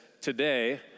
today